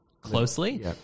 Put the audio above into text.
closely